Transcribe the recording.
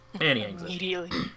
immediately